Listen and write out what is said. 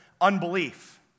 unbelief